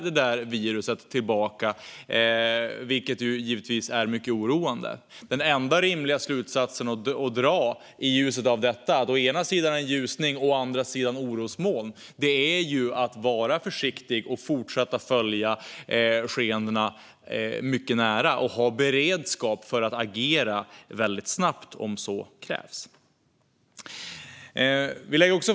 Det är givetvis mycket oroande. Den enda rimliga slutsatsen att dra i ljuset av detta, att vi å ena sidan ser en ljusning och å andra sidan orosmoln, är att vi behöver vara försiktiga, fortsätta följa skeendena mycket nära och ha beredskap att agera väldigt snabbt om så krävs.